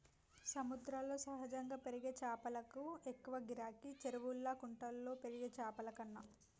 సముద్రాల్లో సహజంగా పెరిగే చాపలకు ఎక్కువ గిరాకీ, చెరువుల్లా కుంటల్లో పెరిగే చాపలకన్నా